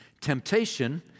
temptation